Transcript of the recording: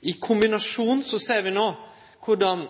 I kombinasjon ser vi no korleis